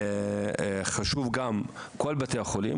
חשובים כל בתי החולים,